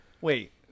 wait